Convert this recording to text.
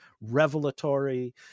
revelatory